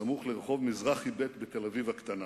סמוך לרחוב מזרחי ב' בתל-אביב הקטנה.